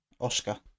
Oscar